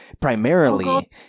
primarily